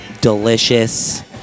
Delicious